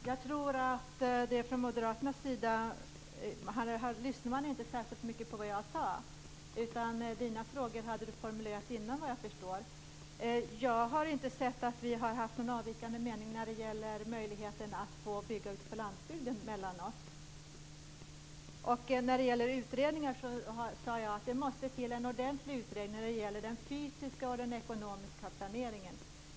Herr talman! Jag tror att Moderaternas representant i debatten inte har lyssnat särskilt noga på vad jag har sagt. Efter vad jag förstår hade Peter Weibull Bernström formulerat sina frågor redan innan han hörde mitt anförande. Jag har inte sett att vi har någon från er avvikande mening vad gäller möjligheten att bygga ute på landsbygden. Vad gäller utredningar sade jag att det måste till en ordentlig utredning om den fysiska och ekonomiska planeringen.